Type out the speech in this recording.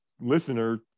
listener